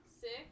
six